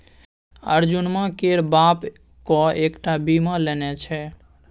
अर्जुनमा केर बाप कएक टा बीमा लेने छै